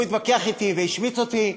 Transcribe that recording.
והוא התווכח אתי והשמיץ אותי,